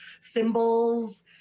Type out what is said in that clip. symbols